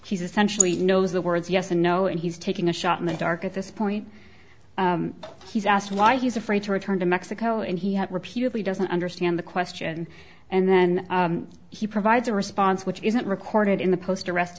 he's essentially knows the words yes and no and he's taking a shot in the dark at this point he's asked why he's afraid to return to mexico and he repeatedly doesn't understand the question and then he provides a response which isn't recorded in the post arrest